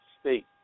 state